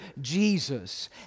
Jesus